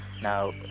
Now